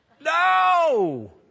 No